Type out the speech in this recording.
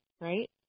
right